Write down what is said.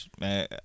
Man